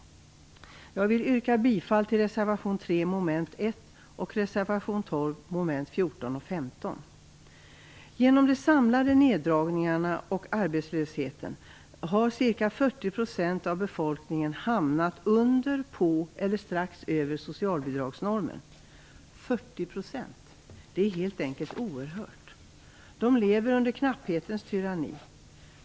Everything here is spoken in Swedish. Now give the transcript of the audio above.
Genom de samlade neddragningarna och arbetslösheten har ca 40 % av befolkningen hamnat under, på eller strax över socialbidragsnormen. 40 %- det är helt enkelt oerhört. De lever under knapphetens tyranni.